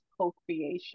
co-creation